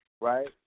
right